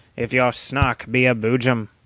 if your snark be a boojum!